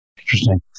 Interesting